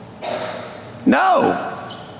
No